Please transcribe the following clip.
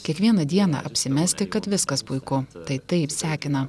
kiekvieną dieną apsimesti kad viskas puiku tai taip sekina